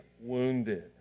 wounded